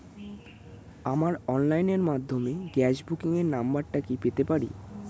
আমার অনলাইনের মাধ্যমে গ্যাস বুকিং এর নাম্বারটা কি পেতে পারি?